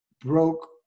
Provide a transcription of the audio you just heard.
broke